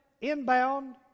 inbound